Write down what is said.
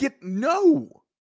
No